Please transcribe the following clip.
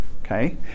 Okay